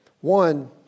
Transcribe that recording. One